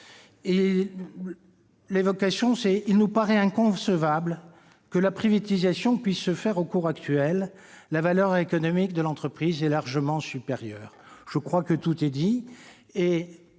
en ces termes :« Il nous paraît inconcevable que la privatisation puisse se faire au cours actuel ; la valeur économique de l'entreprise est largement supérieure. » Je crois que tout est dit